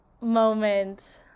moment